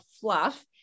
fluff